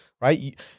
right